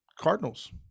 Cardinals